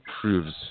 proves